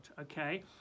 okay